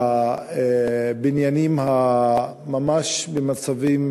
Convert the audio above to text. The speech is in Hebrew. והבניינים שממש בסכנה,